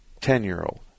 Ten-year-old